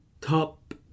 top